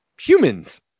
Humans